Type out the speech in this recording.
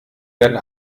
werden